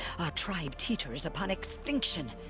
our tribe teeters upon extinction!